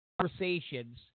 conversations